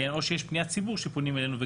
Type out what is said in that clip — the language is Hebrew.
או שיש פניית ציבור שפונים אלינו.